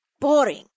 Boring